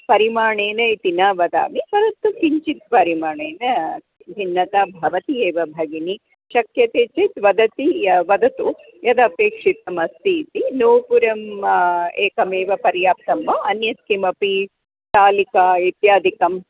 परिमाणेन इति न वदामि परन्तु किञ्चित् परिमाणेन भिन्नता भवति एव भगिनि शक्यते चेत् वदति या वदतु यदपेक्षितमस्ति इति नूपुरम् एकमेव पर्याप्तं वा अन्यत् किमपि स्थालिका इत्यादिकं